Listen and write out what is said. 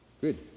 Good